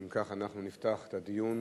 ואם כך, אנחנו נפתח את הדיון